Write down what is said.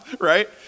Right